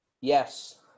Yes